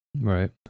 right